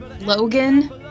Logan